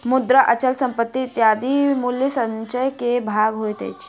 मुद्रा, अचल संपत्ति इत्यादि मूल्य संचय के भाग होइत अछि